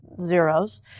zeros